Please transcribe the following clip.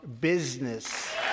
business